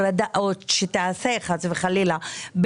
חס וחלילה,